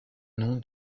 nom